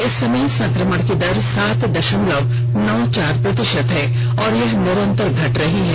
इस समय संक्रमण की दर सात दशमलव नौ चार प्रतिशत है और यह निरंतर घट रही है